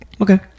Okay